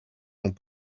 n’ont